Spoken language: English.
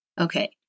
Okay